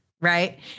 Right